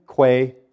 Quay